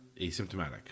asymptomatic